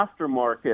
aftermarket